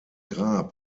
grab